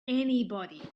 anybody